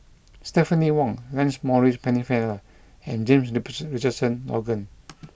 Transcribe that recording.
Stephanie Wong Lancelot Maurice Pennefather and James Richardson Logan